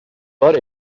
but